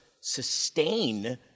sustain